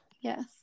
yes